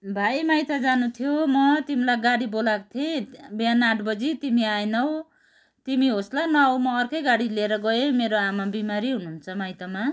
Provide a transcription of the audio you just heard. भाइ माइत जानु थियो म तिमीलाई गाडी बोलाएको थिएँ बिहान आठ बजी तिमी आएनौ तिमी होस् ल नआउ म अर्कै गाडी लिएर गएँ मेरो आमा बिमारी हुनुहुन्छ माइतमा